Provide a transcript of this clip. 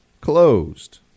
closed